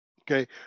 Okay